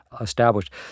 established